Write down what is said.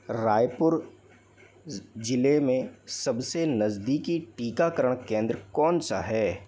रायपुर जिले में सबसे नज़दीकी टीकाकरण केंद्र कौन सा है